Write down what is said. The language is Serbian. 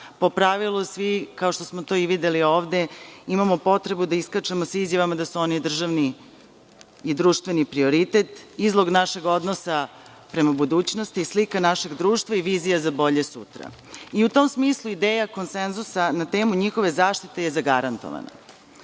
Po pravilu, svi, kao što smo videli ovde, imamo potrebu da iskačemo sa izjavama da su oni državni i društveni prioritet, izlog našeg odnosa prema budućnosti, slika našeg društva i vizija za bolje sutra.U tom smislu, ideja konsenzusa na temu njihove zaštite je zagarantovana,